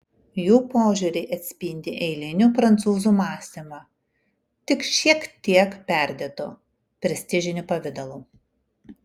jų požiūriai atspindi eilinių prancūzų mąstymą tik šiek tiek perdėtu prestižiniu pavidalu